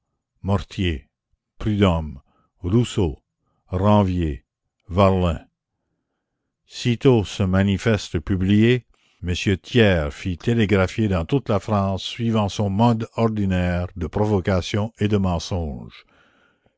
mortier prudhomme rousseau ranvier varlin sitôt ce manifeste publié m thiers fit télégraphier dans toute la france suivant son mode ordinaire de provocations et de mensonges